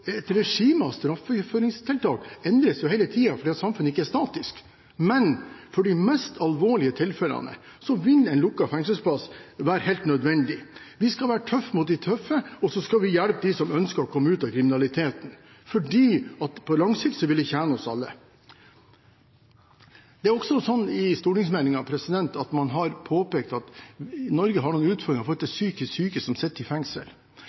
Et regime av straffegjennomføringstiltak endres hele tiden fordi samfunnet ikke er statisk. Men for de mest alvorlige tilfellene vil en lukket fengselsplass være helt nødvendig. Vi skal være tøffe mot de tøffe, og så skal vi hjelpe dem som ønsker å komme ut av kriminaliteten, for på lang sikt vil det tjene oss alle. Det er også slik at man i stortingsmeldingen har påpekt at Norge har noen utfordringer med psykisk syke som sitter i fengsel.